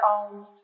own